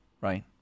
right